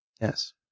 Yes